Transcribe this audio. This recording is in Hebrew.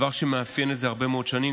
זה דבר שמאפיין את זה הרבה מאוד שנים.